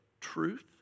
truth